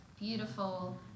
beautiful